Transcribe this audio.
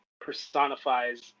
personifies